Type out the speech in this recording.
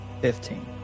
Fifteen